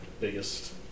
biggest